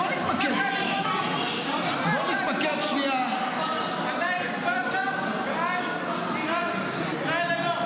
נתמקד שנייה --- הצבעת בעד סגירת ישראל היום.